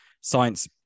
science